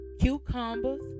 cucumbers